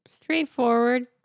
Straightforward